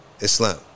Islam